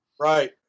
Right